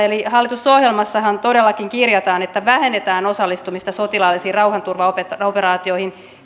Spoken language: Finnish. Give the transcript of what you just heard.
hallitusohjelmassahan todellakin kirjataan että vähennetään osallistumista sotilaallisiin rauhanturvaoperaatioihin